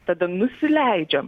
tada nusileidžiam